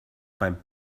beim